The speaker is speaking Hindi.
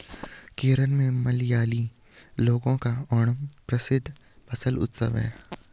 केरल में मलयाली लोगों का ओणम प्रसिद्ध फसल उत्सव है